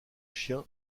chien